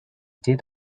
did